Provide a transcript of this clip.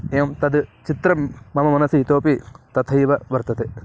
एवं तद् चित्रं मम मनसि इतोपि तथैव वर्तते